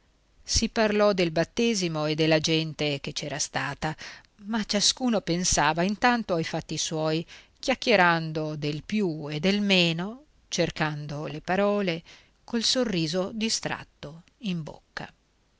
si parlò del battesimo e della gente che c'era stata ma ciascuno pensava intanto ai fatti suoi chiacchierando del più e del meno cercando le parole col sorriso distratto in bocca